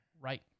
right